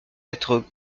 être